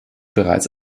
bereits